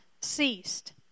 ceased